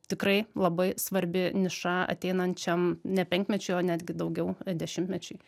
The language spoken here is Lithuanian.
tikrai labai svarbi niša ateinančiam ne penkmečio o netgi daugiau dešimtmečiui